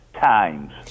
times